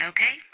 Okay